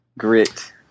Grit